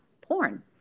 porn